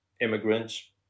immigrants